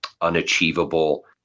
unachievable